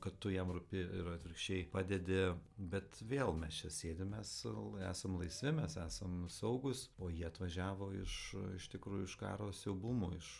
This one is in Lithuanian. kad tu jam rūpi ir atvirkščiai padedi bet vėl mes čia sėdim mes esam laisvi mes esam saugūs o jie atvažiavo iš iš tikrųjų iš karo siaubumų iš